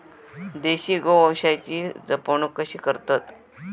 देशी गोवंशाची जपणूक कशी करतत?